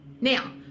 now